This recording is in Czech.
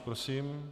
Prosím.